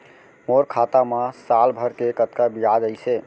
मोर खाता मा साल भर के कतका बियाज अइसे?